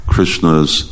Krishna's